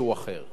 אז אמרנו,